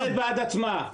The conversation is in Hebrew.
--- מדברת בעד עצמה.